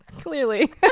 Clearly